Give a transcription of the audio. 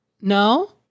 No